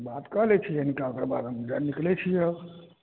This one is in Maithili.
बातकऽ लै छियै हिनकासँ एक बार हम आओर निकलै छियै अब